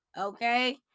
okay